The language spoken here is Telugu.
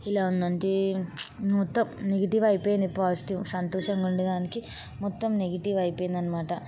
ఎలా ఉందంటే మొత్తం నెగెటివ్ అయిపోయింది పాజిటివ్ సంతోషంగా ఉండేదానికి మొత్తం నెగెటివ్ అయిపోయింది అనమాట